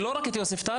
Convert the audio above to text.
ולא רק את יוספטל,